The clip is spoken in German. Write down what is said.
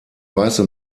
weiße